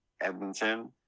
Edmonton